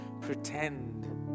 pretend